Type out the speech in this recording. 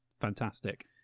fantastic